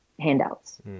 handouts